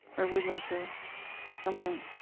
or would you like to jump in?